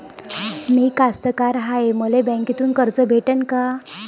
मी कास्तकार हाय, मले बँकेतून कर्ज भेटन का?